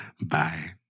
Bye